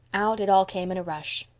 out it all came in a rush.